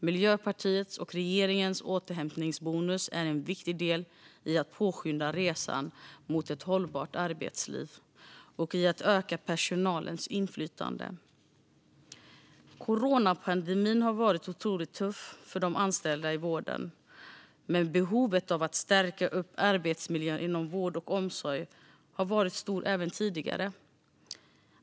Miljöpartiets och regeringens återhämtningsbonus är en viktig del i att påskynda resan mot ett hållbart arbetsliv och i att öka personalens inflytande. Coronapandemin har varit otroligt tuff för de anställda i vården, men behovet av att stärka arbetsmiljön inom vård och omsorg har varit stort även tidigare.